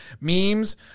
Memes